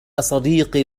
صديقي